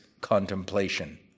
contemplation